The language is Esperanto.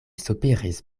sopiris